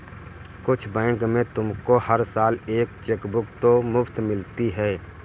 कुछ बैंक में तुमको हर साल एक चेकबुक तो मुफ़्त मिलती है